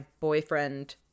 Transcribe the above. boyfriend